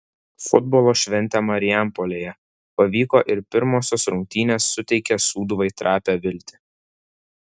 futbolo šventė marijampolėje pavyko ir pirmosios rungtynės suteikia sūduvai trapią viltį